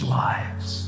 lives